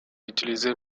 utilisé